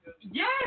Yes